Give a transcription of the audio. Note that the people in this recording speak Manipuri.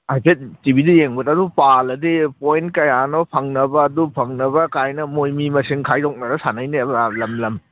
ꯍꯥꯏꯐꯦꯠ ꯇꯤ ꯚꯤꯗ ꯌꯦꯡꯕꯗ ꯑꯗꯨꯝ ꯄꯥꯜꯂꯗꯤ ꯄꯣꯏꯟ ꯀꯌꯥꯅꯣ ꯐꯪꯅꯕ ꯑꯗꯨ ꯐꯪꯅꯕ ꯀꯥꯏꯅ ꯃꯣꯏ ꯃꯤ ꯃꯁꯤꯡ ꯈꯥꯏꯗꯣꯛꯅꯔꯒ ꯁꯥꯟꯅꯩꯅꯦꯕ ꯂꯝ ꯂꯝ